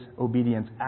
obedience